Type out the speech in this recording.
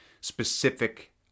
specific